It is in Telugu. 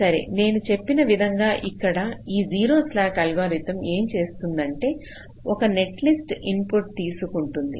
సరే నేను చెప్పిన విధంగా ఇక్కడ ఈ జీరో స్లాక్ అల్గారిథం ఏం చేస్తుందంటే ఒక్క నెట్లిస్ట్ ఇన్పుట్ తీసుకుంటుంది